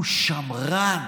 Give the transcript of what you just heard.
הוא שמרן.